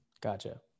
Gotcha